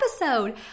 episode